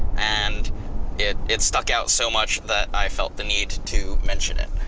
and it it stuck out so much that i felt the need to mention it.